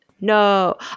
No